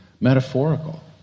metaphorical